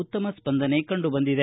ಉತ್ತಮ ಸ್ಪಂದನೆ ಕಂಡು ಬಂದಿದೆ